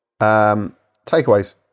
takeaways